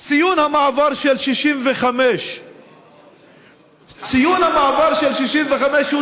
לציון המעבר של 65. ציון מעבר 65 הוא